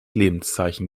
lebenszeichen